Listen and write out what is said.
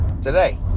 today